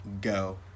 Go